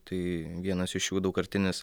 tai vienas iš jų daugkartinis